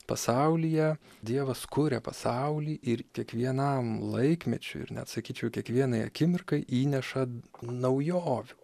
pasaulyje dievas kuria pasaulį ir kiekvienam laikmečiui ir net sakyčiau kiekvienai akimirkai įneša naujovių